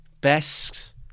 Best